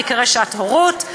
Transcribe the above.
זה ייקרא שעת הורות,